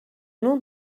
não